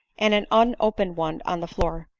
and an unopened one on the floor,